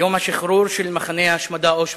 יום השחרור של מחנה ההשמדה אושוויץ.